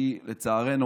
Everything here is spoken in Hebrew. כי לצערנו